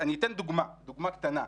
אני אתן דוגמה קטנה,